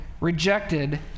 rejected